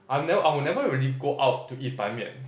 I've never I would never really go out to eat Ban Mian